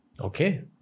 Okay